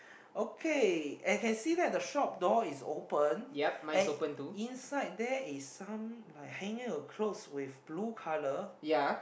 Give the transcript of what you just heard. okay and can see that the shop door is open and inside there is some like hanging of clothes with blue colour